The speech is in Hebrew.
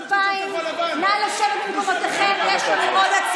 מיקי זוהר, מיקי, זו השותפות של הליכוד?